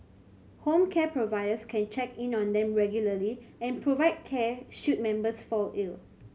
home care providers can check in on them regularly and provide care should members fall ill